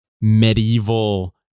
medieval